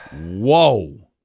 Whoa